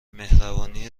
مهربانی